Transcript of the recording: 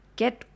get